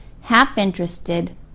half-interested